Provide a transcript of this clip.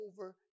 over